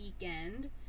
weekend